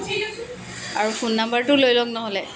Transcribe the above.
আৰু ফোন নম্বৰটো লৈ লওক নহ'লে